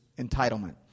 entitlement